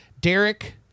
Derek